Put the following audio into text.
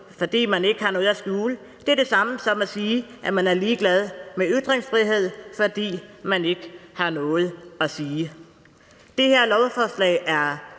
fordi man ikke har noget at skjule, er det samme som at sige, at man er ligeglad med ytringsfrihed, fordi man ikke har noget at sige. Det her lovforslag er